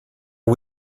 are